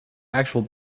actual